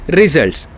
results